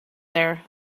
there